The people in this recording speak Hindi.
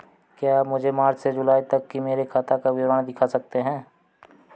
क्या आप मुझे मार्च से जूलाई तक की मेरे खाता का विवरण दिखा सकते हैं?